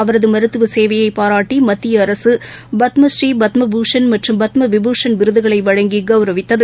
அவரதுமருத்துவசேவையபாராட்டிமத்தியஅரசுபத்மப்நீ பத்மபூஷன் மற்றும் பத்மவிபூஷன் விருதுகளைவழங்கிகௌரவித்தது